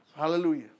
Hallelujah